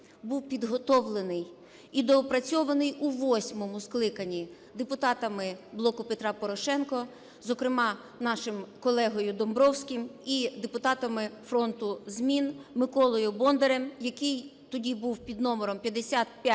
був підготовлений і доопрацьований у восьмому скликанні депутатами "Блоку Петра Порошенка", зокрема нашим колегою Домбровським і депутатами "Фронту змін" Миколою Бондаром, який тоді був під номером